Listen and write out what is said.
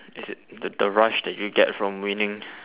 is it the the rush that you get from winning